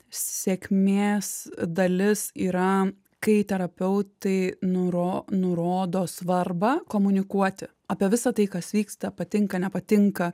sėkmės dalis yra kai terapeutai nuro nurodo svarbą komunikuoti apie visą tai kas vyksta patinka nepatinka